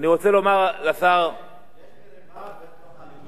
אני רוצה לומר לשר, יש מריבה בתוך הליכוד?